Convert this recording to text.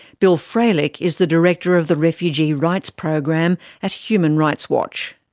bill frelick is the director of the refugee rights program at human rights watch.